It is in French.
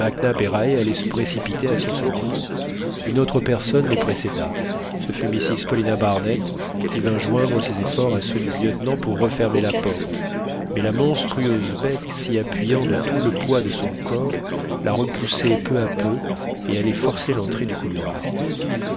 allaient se précipiter à son secours une autre personne les précéda ce fut mrs paulina barnett qui vint joindre ses efforts à ceux du lieutenant pour refermer la porte mais la monstrueuse bête s'y appuyant de tout le poids de son corps la repoussait peu à peu et allait forcer l'entrée du couloir